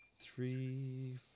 Three